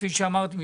כפי שאמרתי,